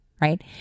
right